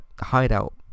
hideout